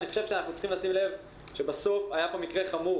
אני חושב שאנחנו צריכים לשים לב שבסוף היה פה מקרה חמור